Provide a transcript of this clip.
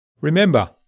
Remember